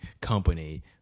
company